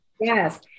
Yes